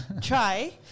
try